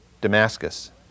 Damascus